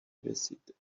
رسید